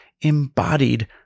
embodied